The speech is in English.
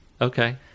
Okay